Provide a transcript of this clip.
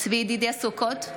צבי ידידיה סוכות,